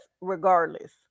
regardless